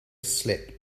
slip